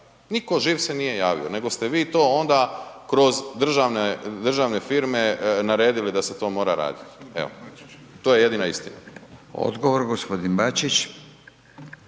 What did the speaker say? niko živ se nije javio nego ste vi to onda kroz državne, državne firme naredili da se to mora radit, evo to je jedina istina. **Radin, Furio